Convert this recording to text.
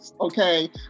okay